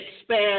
expand